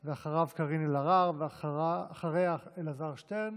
ואחריו, קארין אלהרר, ואחריה, אלעזר שטרן,